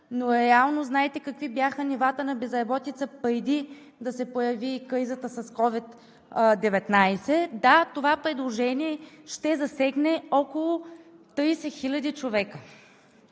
но реално, знаете, какви бяха нивата на безработица преди да се появи кризата с COVID-19. Да, това предложение ще засегне около 30 хиляди човека.